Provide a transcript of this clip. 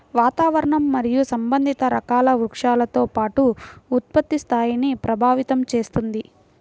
వాతావరణం మరియు సంబంధిత రకాల వృక్షాలతో పాటు ఉత్పత్తి స్థాయిని ప్రభావితం చేస్తుంది